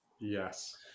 Yes